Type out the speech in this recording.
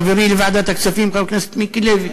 חברי לוועדת הכספים חבר הכנסת מיקי לוי?